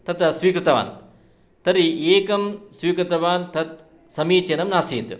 तत् स्वीकृतवान् तर्हि एकं स्वीकृतवान् तत् समीचीनं नासीत्